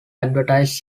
advertised